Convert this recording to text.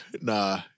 nah